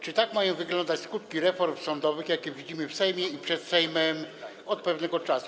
Czy tak mają wyglądać skutki reform sądowych, jakie widzimy w Sejmie i przed Sejmem od pewnego czasu?